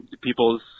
people's